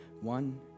One